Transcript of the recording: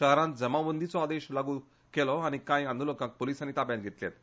शारांत जमावबंदीचो आदोश लागू केला आनी कांय आंदोलकांक पुलिसांनी ताब्यांत घेतल्यात